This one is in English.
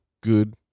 good